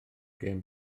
gêm